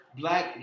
black